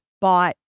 bought